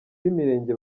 b’imirenge